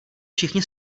všichni